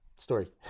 story